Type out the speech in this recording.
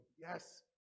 Yes